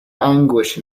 anguish